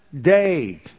day